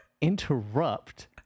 interrupt